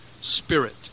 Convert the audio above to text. spirit